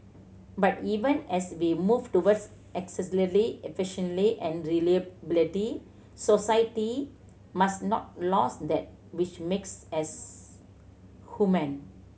but even as we move towards efficiency and reliability society must not lose that which makes as human